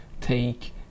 take